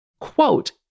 quote